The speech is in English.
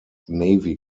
navy